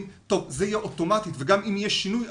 שזה יהיה אוטומטית וגם אם יהיה שינוי,